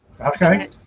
okay